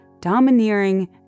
domineering